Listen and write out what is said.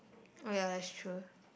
oh ya that's true